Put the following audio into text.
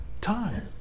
time